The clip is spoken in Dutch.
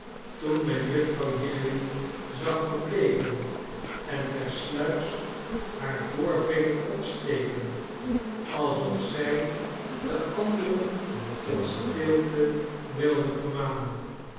toen men jufvrouw jiniwin zag verbleeken en tersluiks haar voorvinger opsteken alsof zij de anderen tot stilte wilde vermanen